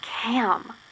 Cam